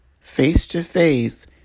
face-to-face